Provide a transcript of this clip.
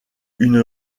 une